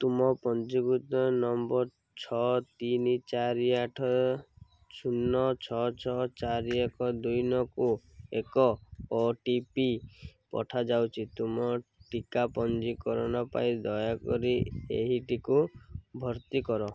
ତୁମ ପଞ୍ଜୀକୃତ ନମ୍ବର ଛଅ ତିନି ଚାରି ଆଠ ଶୂନ ଛଅ ଛଅ ଚାରି ଏକ ଦୁଇ ନଅକୁ ଏକ ଓ ଟି ପି ପଠାଯାଉଛି ତୁମ ଟିକା ପଞ୍ଜୀକରଣ ପାଇଁ ଦୟାକରି ଏହିଟିକୁ ଭର୍ତ୍ତି କର